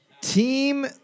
Team